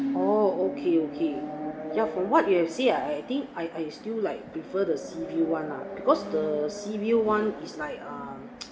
oh okay okay ya for what you have see I think I I still like prefer the sea view [one] lah because the sea view [one] is like um